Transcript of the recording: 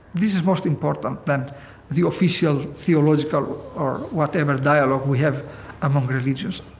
this is most important than the official theological or whatever dialogue we have among religions.